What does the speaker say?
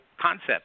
concepts